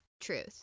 truth